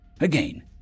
Again